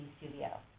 studio